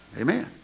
Amen